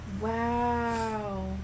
Wow